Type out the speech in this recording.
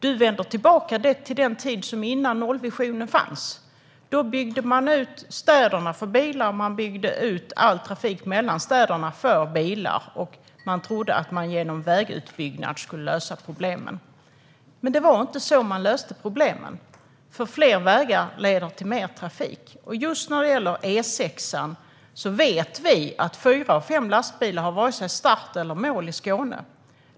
Du vänder tillbaka till den tid som fanns före nollvisionen. Då byggde man ut städerna för bilarnas skull, och man byggde ut all trafik mellan städerna för bilar. Man trodde att problemen skulle lösas genom vägutbyggnad. Problemen löstes dock inte så, för fler vägar leder till mer trafik. När det gäller E6:an vet vi att fyra av fem lastbilar har vare sig start eller mål i Skåne.